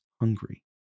hungry